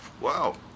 Wow